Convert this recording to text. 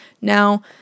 now